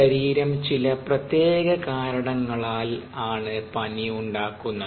ശരീരം ചില പ്രത്യേക കാരണങ്ങളാൽ ആണ് പനി ഉണ്ടാക്കുന്നത്